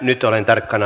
nyt olen tarkkana